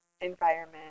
environment